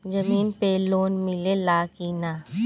जमीन पे लोन मिले ला की ना?